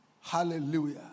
Hallelujah